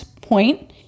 point